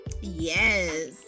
yes